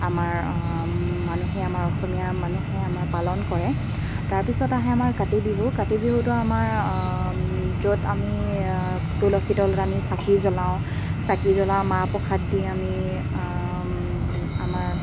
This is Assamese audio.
আমাৰ মানুহে আমাৰ অসমীয়া মানুহে আমাৰ পালন কৰে তাৰপিছত আহে আমাৰ কাতি বিহু কাতি বিহুটো আমাৰ য'ত আমি তুলসী তলত আমি চাকি জ্বলাওঁ চাকি জ্বলাওঁ মাহ প্ৰসাদ দি আমি আমাৰ